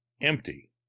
Empty